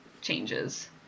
changes